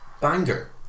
Banger